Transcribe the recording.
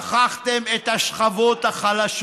שכחתם את עיירות הפיתוח, שכחתם את השכבות החלשות.